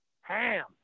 Ham